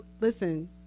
Listen